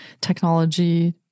technology